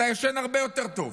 אתה ישן הרבה יותר טוב.